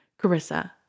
Carissa